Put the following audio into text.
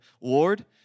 Lord